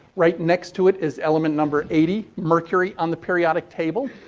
right next to it is element number eighty, mercury, on the periodic table.